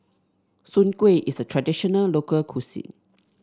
Soon Kuih is a traditional local cuisine